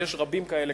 ויש רבים כאלה,